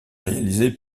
réalisé